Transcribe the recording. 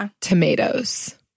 tomatoes